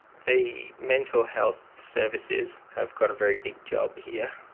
the mental health services have got a very big job here,